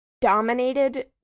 dominated